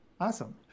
Awesome